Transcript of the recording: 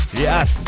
Yes